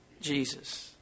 Jesus